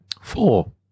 Four